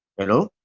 hello?